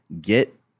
get